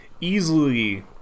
Easily